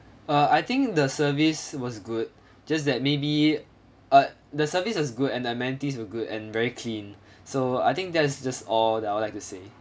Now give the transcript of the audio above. uh I think the service was good just that maybe uh the service is good and the amenities were good and very clean so I think that's just all that I would like to say